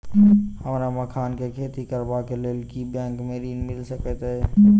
हमरा मखान केँ खेती करबाक केँ लेल की बैंक मै ऋण मिल सकैत अई?